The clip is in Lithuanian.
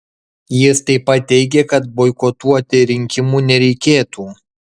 jis taip pat teigė kad boikotuoti rinkimų nereikėtų